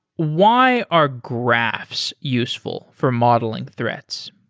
why are graphs useful for modeling threats?